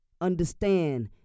Understand